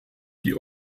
die